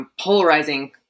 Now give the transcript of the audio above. polarizing